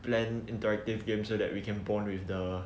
plan interactive games so that we can bond with the